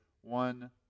one